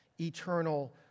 eternal